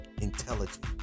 intelligent